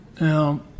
Now